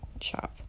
shop